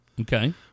Okay